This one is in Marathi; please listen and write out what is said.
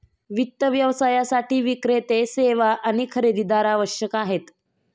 वित्त व्यवसायासाठी विक्रेते, सेवा आणि खरेदीदार आवश्यक आहेत